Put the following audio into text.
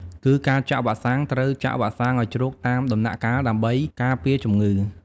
គីការចាក់វ៉ាក់សាំង ត្រូវចាក់វ៉ាក់សាំងឲ្យជ្រូកតាមដំណាក់កាលដើម្បីការពារជំងឺ។